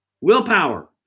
willpower